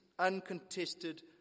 uncontested